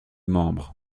membres